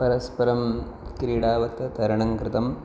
परस्परं क्रीडावत्तरणं कृतम्